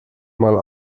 mal